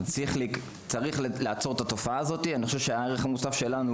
אז צריך לעצור את התופעה הזו וזה גם הערך המוסף שלנו,